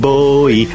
Boy